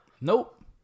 Nope